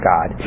God